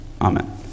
Amen